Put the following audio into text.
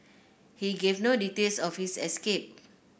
he gave no details of his escape